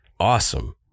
Awesome